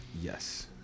Yes